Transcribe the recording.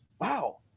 wow